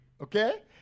Okay